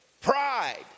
pride